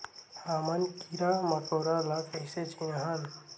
हमन कीरा मकोरा ला कइसे चिन्हन?